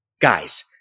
Guys